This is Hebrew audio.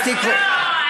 אז תחלק מראש, לא.